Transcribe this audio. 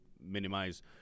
minimize